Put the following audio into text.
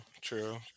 true